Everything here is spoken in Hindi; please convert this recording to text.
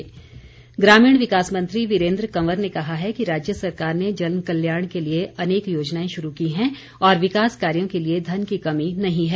वीरेन्द्र कंवर ग्रामीण विकास मंत्री वीरेन्द्र कंवर ने कहा है कि राज्य सरकार ने जनकल्याण के लिए अनेक योजनाएं शुरू की हैं और विकास कार्यो के लिए धन की कमी नहीं है